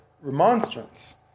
remonstrance